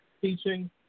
teaching